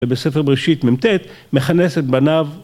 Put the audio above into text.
ובספר בראשית מ"ט, מכנס את בניו